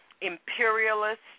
imperialist